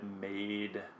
made